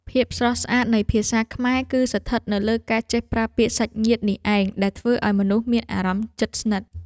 ភាពស្រស់ស្អាតនៃភាសាខ្មែរគឺស្ថិតនៅលើការចេះប្រើពាក្យសាច់ញាតិនេះឯងដែលធ្វើឱ្យមនុស្សមានអារម្មណ៍ជិតស្និទ្ធ។